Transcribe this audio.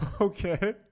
Okay